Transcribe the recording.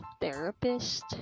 therapist